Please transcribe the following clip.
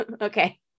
okay